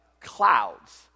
clouds